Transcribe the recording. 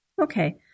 Okay